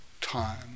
time